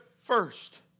first